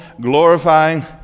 glorifying